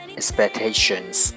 expectations 。